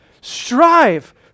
strive